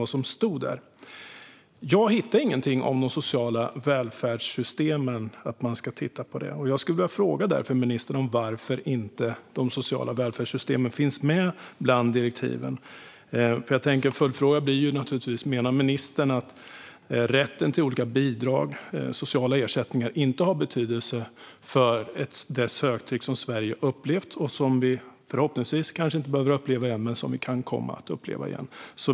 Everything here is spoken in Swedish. Jag hittade ingenting om att man ska titta på de sociala välfärdssystemen och vill därför fråga ministern varför de inte finns med bland direktiven. Följdfrågan blir om ministern menar att rätten till olika bidrag och sociala ersättningar inte har haft betydelse för det söktryck som Sverige har upplevt. Förhoppningsvis behöver vi inte uppleva det igen, men vi kan komma att göra det.